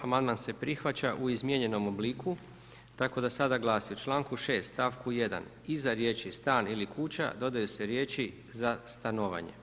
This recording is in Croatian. Amandman se prihvaća u izmijenjenom obliku tako da sada glasi, u čl. 6., st. 1. iza riječi stan ili kuća dodaju se riječi za stanovanje.